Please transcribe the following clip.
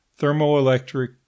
Thermoelectric